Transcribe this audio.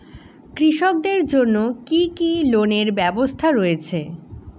কৃষকদের জন্য কি কি লোনের ব্যবস্থা রয়েছে?